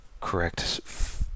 correct